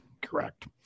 Correct